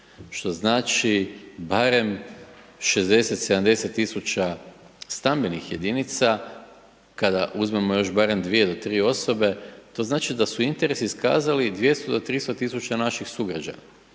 što znači barem 60-70 000 stambenih jedinica, kada uzmemo još barem 2-3 osobe, to znači da su interesi iskazali 200-300 000 naših sugrađana